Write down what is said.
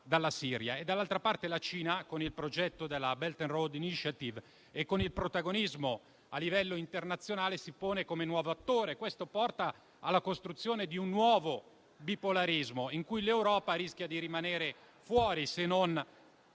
dalla Siria. Dall'altra parte, la Cina, con il progetto della Belt and Road Initiative e con il protagonismo a livello internazionale, si pone come nuovo attore. Questo porta alla costruzione di un nuovo bipolarismo in cui l'Europa rischia di rimanere fuori se non